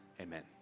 amen